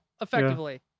effectively